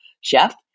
chef